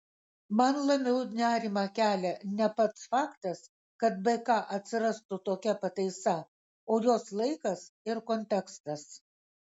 man labiau nerimą kelia ne pats faktas kad bk atsirastų tokia pataisa o jos laikas ir kontekstas